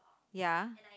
ya